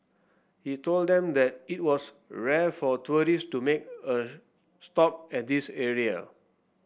he told them that it was rare for tourists to make a stop at this area